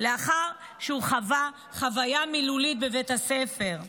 לאחר שהוא חווה אלימות מילולית בבית הספר.